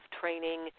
Training